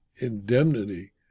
indemnity